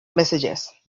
message